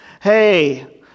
Hey